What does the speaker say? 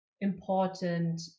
important